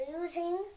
losing